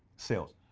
sales.